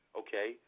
okay